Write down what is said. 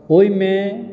ओहिमे